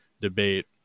debate